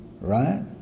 right